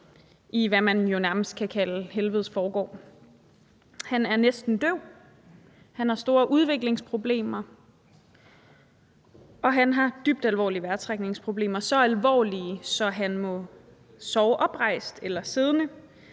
i, hvad man jo nærmest kan kalde helvedes forgård. Han er næsten døv, han har store udviklingsproblemer, og han har dybt alvorlige vejrtrækningsproblemer – så alvorlige, at han må sove oprejst eller siddende,